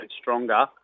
stronger